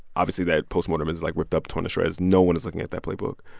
obviously, that postmortem is, like, ripped up, torn to shreds. no one is looking at that playbook.